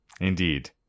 Indeed